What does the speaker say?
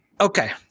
okay